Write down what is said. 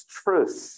truth